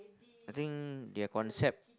I think their concept